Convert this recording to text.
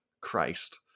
Christ